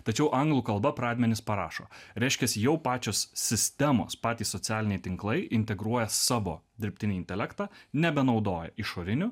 tačiau anglų kalba pradmenis parašo reiškias jau pačios sistemos patys socialiniai tinklai integruoja savo dirbtinį intelektą nebenaudoja išorinių